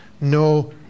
no